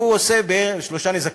הוא עושה שלושה נזקים: